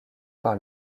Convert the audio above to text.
par